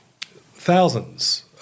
thousands